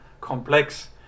complex